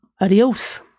adios